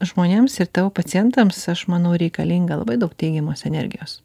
žmonėms ir tavo pacientams aš manau reikalinga labai daug teigiamos energijos